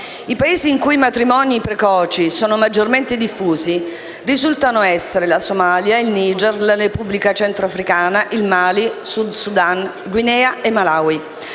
i Paesi in cui i matrimoni precoci sono maggiormente diffusi risultano essere: Somalia, Niger, Repubblica centrafricana, Mali, Sud Sudan, Guinea e Malawi.